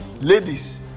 ladies